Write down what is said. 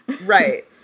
right